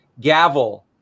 gavel